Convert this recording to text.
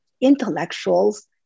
intellectuals